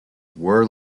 were